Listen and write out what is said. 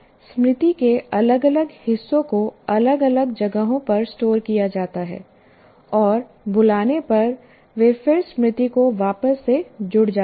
स्मृति के अलग अलग हिस्सों को अलग अलग जगहों पर स्टोर किया जाता है और बुलाने पर वे फिर स्मृति को वापस से जुड़ जाते हैं